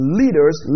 leaders